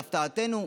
להפתעתנו,